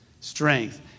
Strength